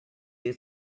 the